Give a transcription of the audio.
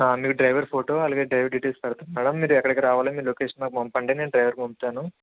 మీకు driver photo అలాగే driver details పెడతాను మ్యాడం మీరు ఎక్కడికి రావాలి మీ లొకేషన్ నాకు పంపండి నేను డ్రైవెర్ని పంపుతాను